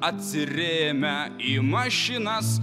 atsirėmę į mašinas